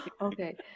Okay